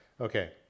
Okay